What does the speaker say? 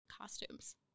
costumes